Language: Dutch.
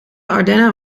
ardennen